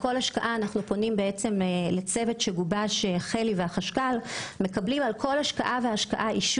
אנחנו פונים לצוות שגובש ומקבלים אישור מהחשכ"ל לכל השקעה שהיא.